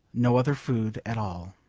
no other food at all.